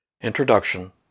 Introduction